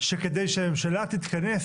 שכדי ממשלה תתכנס